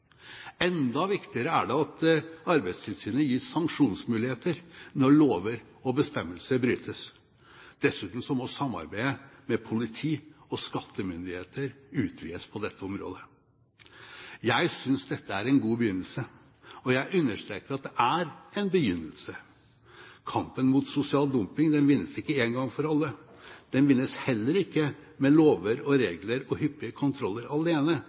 Enda viktigere er det at Arbeidstilsynet gir sanksjonsmuligheter når lover og bestemmelser brytes. Dessuten må samarbeidet med politi og skattemyndigheter utvides på dette området. Jeg synes dette er en god begynnelse, og jeg understreker at det er en begynnelse. Kampen mot sosial dumping vinnes ikke en gang for alle. Den vinnes heller ikke med lover og regler og hyppige kontroller alene,